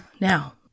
Now